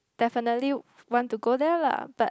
defenitely want to go there lah but